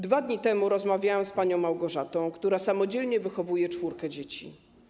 Dwa dni temu rozmawiałam z panią Małgorzatą, która samodzielnie wychowuje czwórkę dzieci.